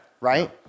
Right